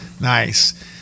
Nice